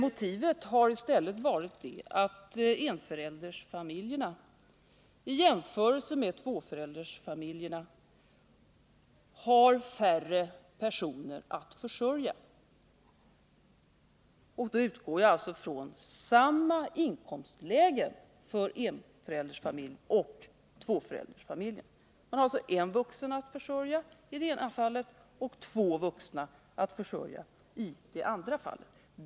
Motivet har i stället varit att enföräldersfamiljerna i jämförelse med tvåföräldersfamiljerna har färre personer att försörja. Då utgår jag från samma inkomstläge för enföräldersfamiljerna och tvåföräldersfamiljerna. Man har alltså en vuxen att försörja i det ena fallet och två vuxna att försörja i det andra fallet.